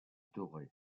doré